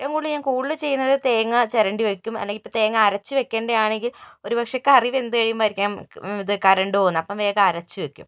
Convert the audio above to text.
ഞാന് കൂടുതല് ചെയ്യുന്നത് തേങ്ങ ചിരണ്ടി വയ്ക്കും അല്ലെങ്കില് ഇപ്പോൾ തേങ്ങ അരച്ചു വയ്ക്കേണ്ടത് ആണെങ്കില് ഒരു പക്ഷെ കറി വെന്ത് കഴിയുമ്പോൾ ആയിരിക്കും ഇത് കരണ്ട് പോകുന്നത് അപ്പോൾ വേഗം അരച്ചു വയ്ക്കും